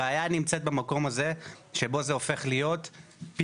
הבעיה נמצאת במקום הזה שבו זה הופך להיות פינוי.